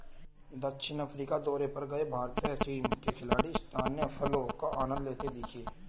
दक्षिण अफ्रीका दौरे पर गए भारतीय टीम के खिलाड़ी स्थानीय फलों का आनंद लेते दिखे